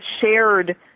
shared